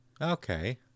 Okay